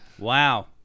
Wow